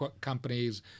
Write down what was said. companies